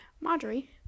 marjorie